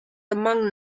among